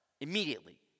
immediately